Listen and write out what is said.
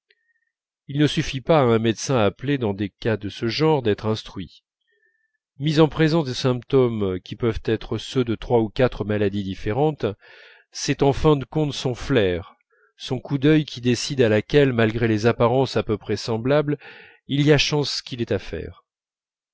il ne suffit pas à un médecin appelé dans des cas de ce genre d'être instruit mis en présence de symptômes qui peuvent être ceux de trois ou quatre maladies différentes c'est en fin de compte son flair son coup d'œil qui décident à laquelle malgré les apparences à peu près semblables il y a chance qu'il ait à faire